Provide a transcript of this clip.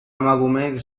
emakumeek